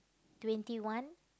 twenty one